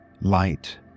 light